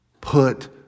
Put